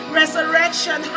resurrection